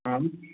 आम्